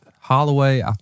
Holloway